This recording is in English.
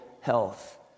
health